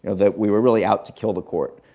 that we were really out to kill the court.